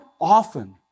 often